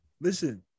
listen